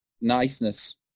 niceness